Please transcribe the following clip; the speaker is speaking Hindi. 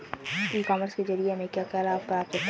ई कॉमर्स के ज़रिए हमें क्या क्या लाभ प्राप्त होता है?